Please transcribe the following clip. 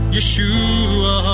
Yeshua